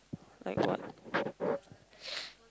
like what